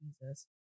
Jesus